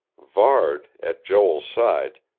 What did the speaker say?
varde, at joel's side,